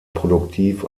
produktiv